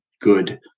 good